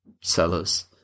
sellers